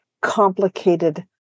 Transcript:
complicated